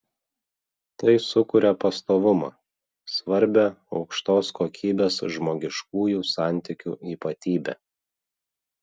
tai sukuria pastovumą svarbią aukštos kokybės žmogiškųjų santykių ypatybę